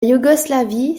yougoslavie